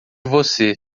você